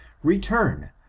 return,